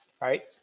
right